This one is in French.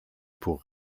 pour